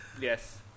Yes